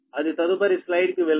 అది తదుపరి స్లయిడ్ కి వెళుతుంది